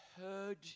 heard